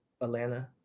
atlanta